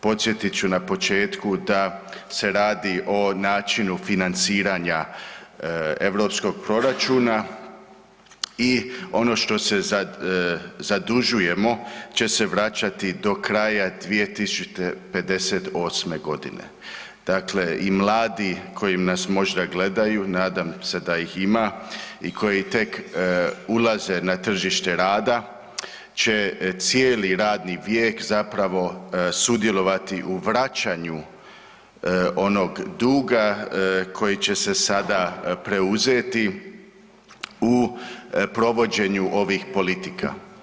Podsjetit ću na početku da se radi o načinu financiranja europskog proračuna i ono što se zadužujemo će se vraćati do kraja 2058.g., dakle i mladi koji nas možda gledaju, nadam se da ih ima, i koji tek ulaze na tržište rada će cijeli radni vijek zapravo sudjelovati u vraćanju onog duga koji će se sada preuzeti u provođenju ovih politika.